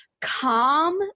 calm